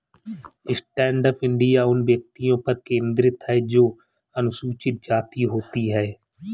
stand up India उन व्यक्तियों पर केंद्रित है जो अनुसूचित जाति होती है